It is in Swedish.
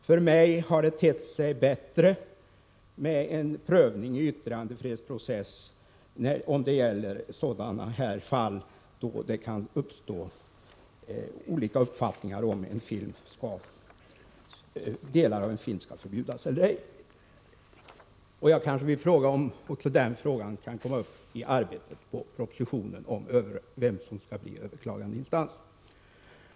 För mig har det tett sig bättre med en prövning i yttrandefrihetsprocess, om det gäller sådana fall där det kan uppstå olika uppfattningar om huruvida delar av en film skall förbjudas eller ej. Kan också den frågan komma upp i arbetet på propositionen om vem som skall bli överklagandeinstans?